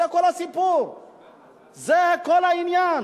זה כל הסיפור, זה כל העניין.